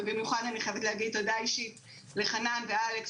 ובמיוחד אני חייבת להגיד תודה אישית לחנן ואלכס